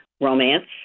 romance